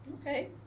Okay